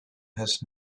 has